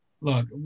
look